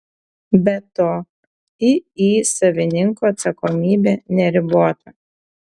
be to iį savininko atsakomybė neribota